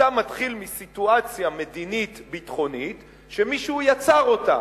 אתה מתחיל מסיטואציה מדינית ביטחונית שמישהו יצר אותה.